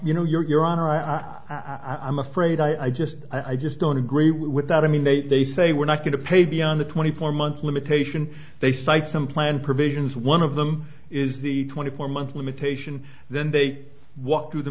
you know your honor i i'm afraid i just i just don't agree with that i mean they they say we're not going to pay beyond the twenty four months limitation they cite some plan provisions one of them is the twenty four month limitation then they walk through the